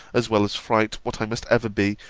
as well as fright, what i must ever be,